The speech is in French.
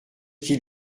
qu’il